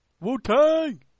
Wu-Tang